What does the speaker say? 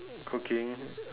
cooking